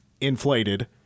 inflated